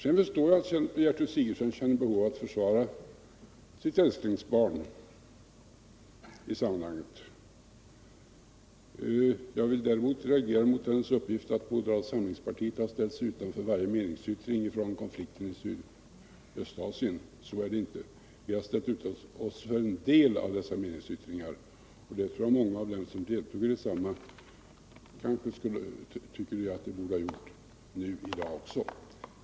Jag förstår att Gertrud Sigurdsen känner behov av att försvara sitt älsklingsbarn i sammanhanget, men jag reagerar mot hennes uppgift att moderata samlingspartiet har ställt sig utanför varje meningsyttring i fråga om konflikten i Sydostasien. Så är det inte. Vi har ställt oss utanför en del av dessa meningsyttringar, och det tror jag många av dem som deltog i debatten tycker att de också borde ha gjort.